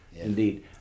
Indeed